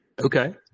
Okay